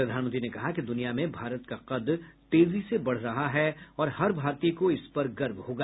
प्रधानमंत्री ने कहा कि द्रनिया में भारत का कद तेजी से बढ़ रहा है और हर भारतीय को इस पर गर्व होगा